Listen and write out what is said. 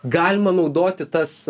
galima naudoti tas